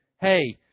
hey